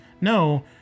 No